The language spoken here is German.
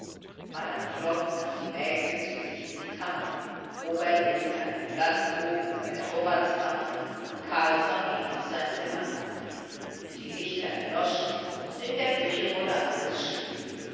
madame flod nahm die mägde zu sich in die kammer robert erhielt einen platz oben über der vorratskammer und carlsson ging auf sein zimmer hinauf die lichter erloschen und in der küche wurde alles still